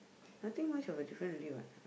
nothing much of the difference already what